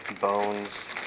bones